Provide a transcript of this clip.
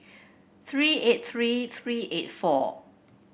three eight three three eight four